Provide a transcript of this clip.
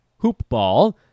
hoopball